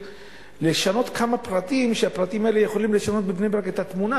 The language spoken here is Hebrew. לשנות כמה פרטים שיכולים לשנות בבני-ברק את התמונה,